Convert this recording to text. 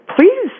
Please